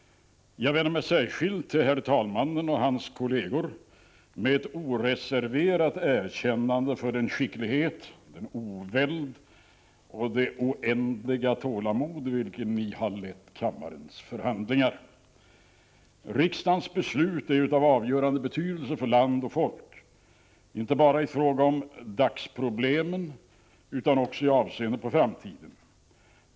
Jag vänder mig särskilt till herr talmannen och hans kolleger med ett oreserverat erkännande för den skicklighet, den oväld och det oändliga tålamod med vilket ni har lett kammarens förhandlingar. Riksdagens beslut är av avgörande betydelse för land och folk, inte bara i fråga om dagsproblemen utan också i avseende på framtiden.